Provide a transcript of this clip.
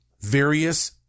various